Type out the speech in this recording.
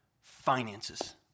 finances